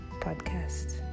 podcast